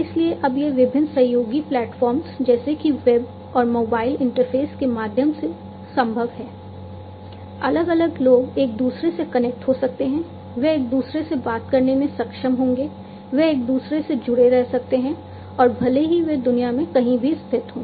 इसलिए अब यह विभिन्न सहयोगी प्लेटफॉर्मस जैसे कि वेब और मोबाइल इंटरफ़ेस के माध्यम से संभव है अलग अलग लोग एक दूसरे से कनेक्ट हो सकते हैं वे एक दूसरे से बात करने में सक्षम होंगे वे एक दूसरे से जुड़े रह सकते हैं और भले ही वे दुनिया में कहीं भी स्थित हों